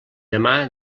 demà